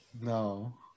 No